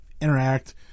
interact